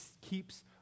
keeps